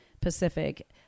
Pacific